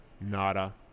Nada